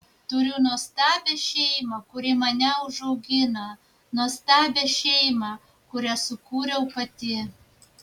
turiu nuostabią šeimą kuri mane užaugino nuostabią šeimą kurią sukūriau pati